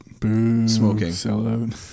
smoking